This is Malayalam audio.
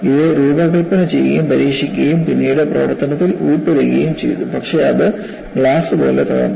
ഇത് രൂപകൽപ്പന ചെയ്യുകയും പരീക്ഷിക്കുകയും പിന്നീട് പ്രവർത്തനത്തിൽ ഉൾപ്പെടുത്തുകയും ചെയ്തു പക്ഷേ അത് ഗ്ലാസ് പോലെ തകർന്നു